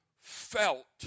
felt